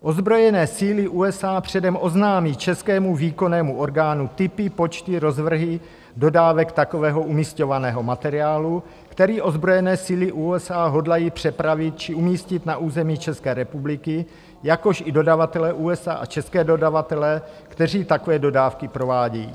Ozbrojené síly USA předem oznámí českému výkonnému orgánu typy, počty, rozvrhy dodávek takového umisťovaného materiálu, který ozbrojené síly USA hodlají přepravit či umístit na území České republiky, jakož i dodavatele USA a české dodavatele, kteří takové dodávky provádějí.